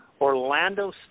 Orlando